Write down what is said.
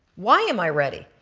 why i'm i ready?